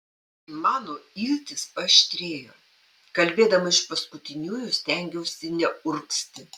mano iltys paaštrėjo kalbėdama iš paskutiniųjų stengiausi neurgzti